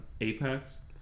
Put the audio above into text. Apex